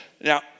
Now